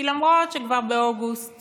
כי למרות שכבר באוגוסט